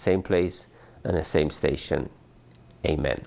same place at the same station amen